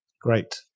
great